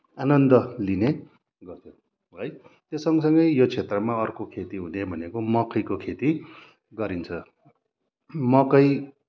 आनन्द लिने गर्दछौँ है त्यो सँगसँगै यो क्षेत्रमा अर्को खेती हुने भनेको मकैको खेती गरिन्छ मकै